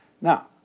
Now